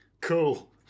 Cool